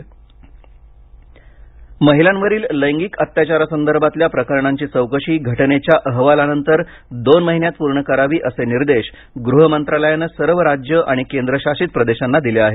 गृह मंत्रालय महिलावरील लैंगिक अत्याचारासंदर्भातल्या प्रकरणांची चौकशी घटनेच्या अहवालानंतर दोन महिन्यांत पूर्ण करावी असे निर्देश गृह मंत्रालयानं सर्व राज्य आणि केंद्र शासित प्रदेशांना दिले आहेत